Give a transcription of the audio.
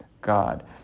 God